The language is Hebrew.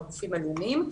והגופים הלאומיים,